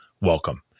welcome